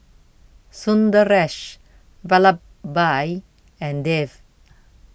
Sundaresh Vallabhbhai and Dev